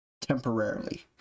Temporarily